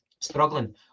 struggling